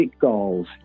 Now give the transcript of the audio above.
goals